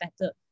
better